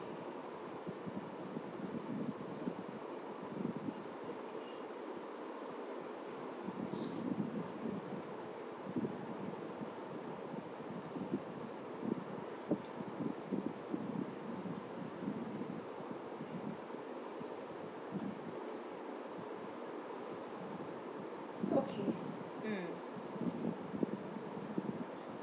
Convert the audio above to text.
okay mm